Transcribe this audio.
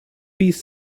peace